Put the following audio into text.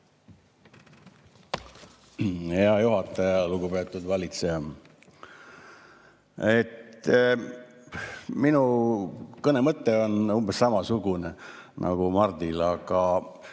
Hea juhataja! Lugupeetud valitseja! Minu kõne mõte on umbes samasugune nagu Mardil, aga